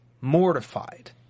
mortified